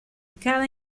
cada